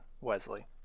wesley